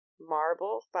marble